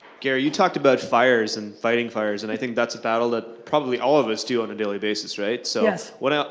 gary, you talked about fires, and fighting fires, and i think that's a battle that probably all of us do on a daily basis, right? so yes. well now,